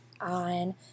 on